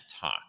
talk